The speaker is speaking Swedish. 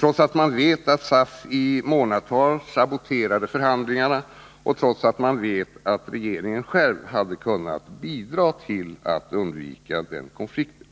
trots att man vet att SAF i månadtal saboterade förhandlingarna och trots att man vet att regeringen själv hade kunnat bidra till att undvika konflikten.